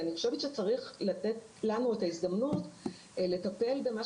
אני חושבת שצריך לתת לנו את ההזדמנות לטפל במה